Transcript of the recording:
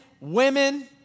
women